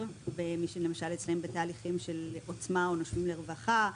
במי שלמשל אצלם בתהליכים של עוצמה או נושמים לרווחה,